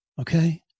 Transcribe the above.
Okay